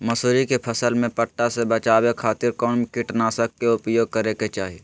मसूरी के फसल में पट्टा से बचावे खातिर कौन कीटनाशक के उपयोग करे के चाही?